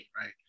right